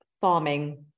farming